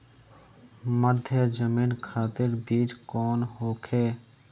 मध्य जमीन खातिर बीज कौन होखे?